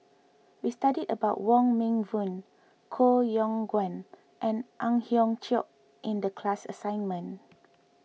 we studied about Wong Meng Voon Koh Yong Guan and Ang Hiong Chiok in the class assignment